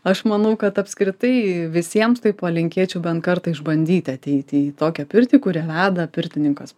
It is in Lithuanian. aš manau kad apskritai visiems tai palinkėčiau bent kartą išbandyti ateiti į tokią pirtį kurią veda pirtininkas